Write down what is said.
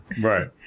Right